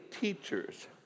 teachers